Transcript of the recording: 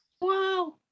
Wow